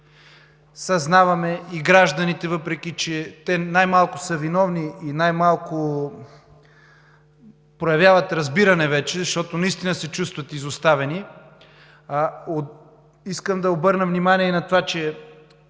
съзнаваме, и гражданите, въпреки че те най-малко са виновни и най-малко вече проявяват разбиране, защото наистина се чувстват изоставени, искам да обърна внимание и на това, че